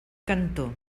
cantó